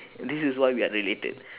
and this is why we are related